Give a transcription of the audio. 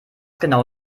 genau